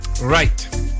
Right